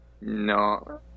No